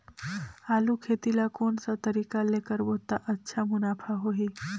आलू खेती ला कोन सा तरीका ले करबो त अच्छा मुनाफा होही?